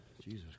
jesus